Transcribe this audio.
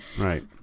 Right